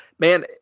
Man